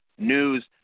News